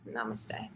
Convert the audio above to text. Namaste